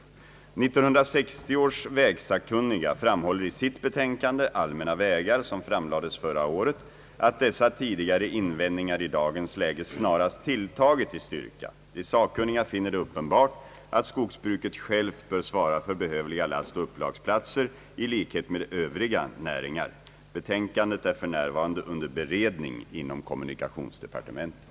1960 års vägsakkunniga framhåller i sitt betänkande Allmänna vägar, som framlades förra året, att dessa tidigare invändningar i dagens läge snarast tilltagit i styrka. De sakkunniga finner det uppenbart att skogsbruket självt bör svara för behövliga lastoch upplagsplatser i likhet med övriga näringar. Betänkandet är för närvarande under beredning inom kommunikationsdepartementet.